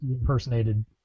impersonated